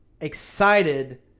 excited